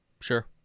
Sure